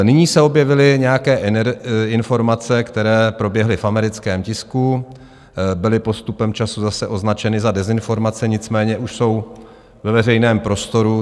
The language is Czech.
Nyní se objevily nějaké informace, které proběhly v americkém tisku, byly postupem času zase označeny za dezinformace, nicméně už jsou ve veřejném prostoru.